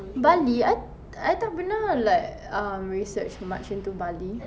bali I I tak pernah like um research much into bali